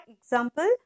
example